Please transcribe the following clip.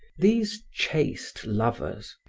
these chaste lovers,